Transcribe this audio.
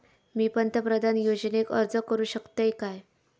मी पंतप्रधान योजनेक अर्ज करू शकतय काय?